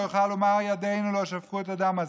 יוכל לומר: ידינו לא שפכו את הדם הזה.